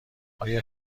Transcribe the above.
آیا